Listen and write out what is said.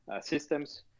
systems